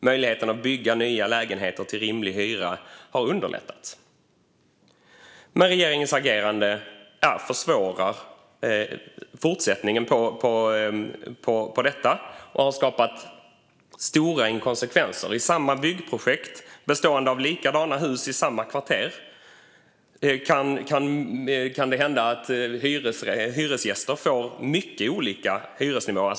Möjligheterna att bygga nya lägenheter med rimlig hyra har förbättrats. Men regeringens agerande försvårar fortsättningen på detta och har skapat stora inkonsekvenser. I samma byggprojekt bestående av likadana hus i samma kvarter kan det hända att hyresgäster får mycket olika hyresnivåer.